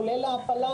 כולל העפלה,